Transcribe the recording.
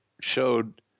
showed